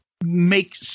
make